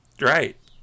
right